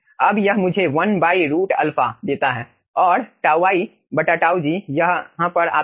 अब यह मुझे 1 √α देता है और τ i τ g यहाँ पर आता है